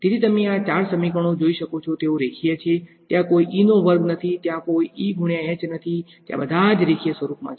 તેથીતમે આ ૪ સમીકરણો જોઈ શકો છો તેઓ રેખીય છે ત્યાં કોઈ E નો વર્ગ નથી ત્યાં કોઈ E ગુણ્યા H નથી ત્યાં બધા જ રેખીય સ્વરૂપમાં છે